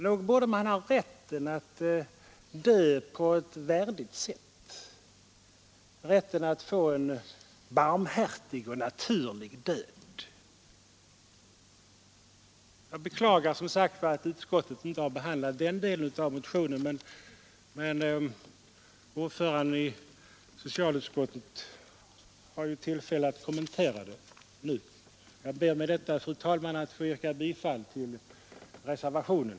Nog borde man ha rätten att dö på ett värdigt sätt, rätten att få en barmhärtig och naturlig död. Jag beklagar som sagt att utskottet inte har behandlat den delen av motionen, men socialutskottets ordförande har ju tillfälle att kommentera den nu. Jag ber med detta, fru talman, att få yrka bifall till reservationen.